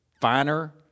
finer